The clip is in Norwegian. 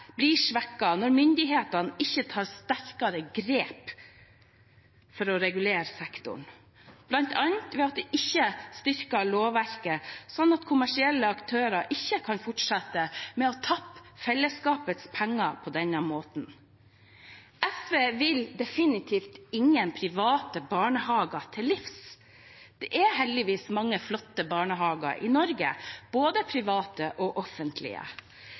blir svekket når myndighetene ikke tar sterkere grep for å regulere sektoren, bl.a. ved at de ikke styrker lovverket slik at kommersielle aktører ikke kan fortsette å tappe fellesskapets penger på denne måten. SV vil definitivt ingen private barnehager til livs. Det er heldigvis mange flotte barnehager i Norge, både private og offentlige,